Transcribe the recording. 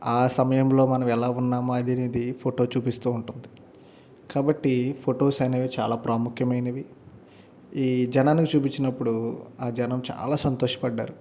ఆ సమయంలో మనం ఎలా ఉన్నామో అది ఏంటి ఫోటో చూపిస్తూ ఉంటుంది కాబట్టి ఫొటోస్ అనేవి చాలా ప్రాముఖ్యమైనవి ఈ జనానికి చూపించినప్పుడు ఆ జనం చాలా సంతోషపడ్డారు